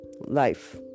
life